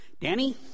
Danny